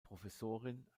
professorin